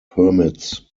permits